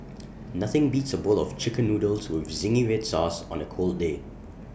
nothing beats A bowl of Chicken Noodles with Zingy Red Sauce on A cold day